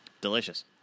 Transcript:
Delicious